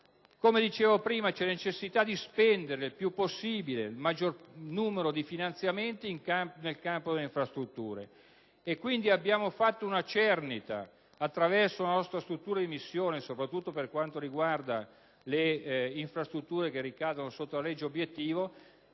Come dicevo prima, è necessario destinare il maggior numero di finanziamenti al settore delle infrastrutture. Quindi, abbiamo fatto una cernita, attraverso la nostra struttura di missione, soprattutto per quanto riguarda le infrastrutture che ricadono sotto la legge obiettivo,